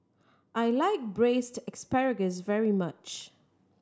I like Braised Asparagus very much